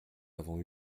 avons